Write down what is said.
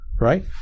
right